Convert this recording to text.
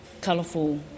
colourful